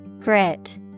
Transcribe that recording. Grit